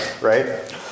right